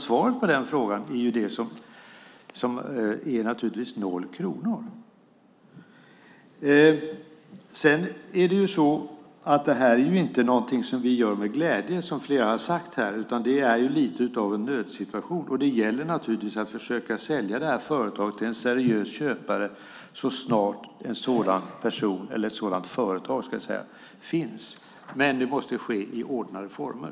Svaret på frågan är naturligtvis 0 kronor. Det här är inte något som vi gör med glädje, som flera har sagt. Det här är lite av en nödsituation. Det gäller naturligtvis att försöka sälja företaget till en seriös köpare så snart ett sådant företag finnas. Men det måste ske i ordnade former.